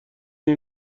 این